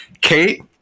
Kate